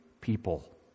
people